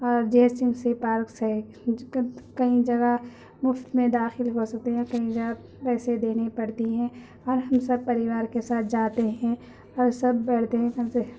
اور جے سنسی پارکس سے کئی جگہ مفت میں داخل ہو سکتے ہیں کئی جگہ پیسے دینے پڑتے ہیں اور ہم سب پریوار کے ساتھ جاتے ہیں اور سب بڑھتے ہیں